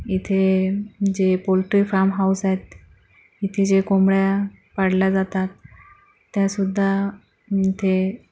इथे जे poultry farm house आहेत इथे जे कोंबड्या पाळल्या जातात त्या सुद्धा इथे